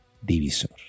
divisor